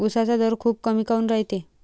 उसाचा दर खूप कमी काऊन रायते?